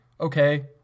okay